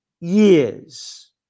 years